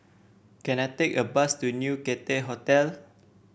can I take a bus to New Cathay Hotel